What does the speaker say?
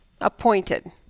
Appointed